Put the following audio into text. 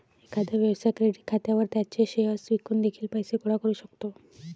एखादा व्यवसाय क्रेडिट खात्यावर त्याचे शेअर्स विकून देखील पैसे गोळा करू शकतो